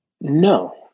No